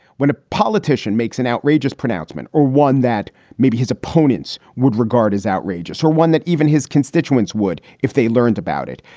when a politician makes an outrageous pronouncement or one that maybe his opponents would regard as outrageous or one that even his constituents would if they learned about it,